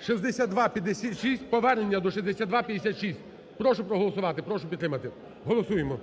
6256, повернення до 6256, прошу проголосувати, прошу підтримати. Голосуємо.